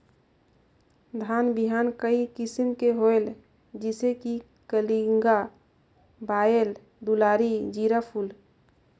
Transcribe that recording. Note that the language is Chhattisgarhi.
धान बिहान कई किसम के होयल जिसे कि कलिंगा, बाएल दुलारी, जीराफुल?